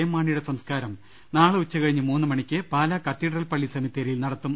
M മാണിയുടെ സംസ്കാരം നാളെ ഉച്ച കഴിഞ്ഞ് മൂന്ന് മണിക്ക് പാലാ കത്തീഡ്രൽ പള്ളി സെമിത്തേരിയിൽ നടത്തും